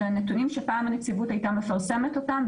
אלה נתונים שפעם הנציבות היתה מפרסמת אותם,